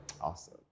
Awesome